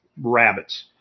rabbits